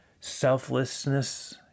selflessness